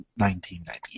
1998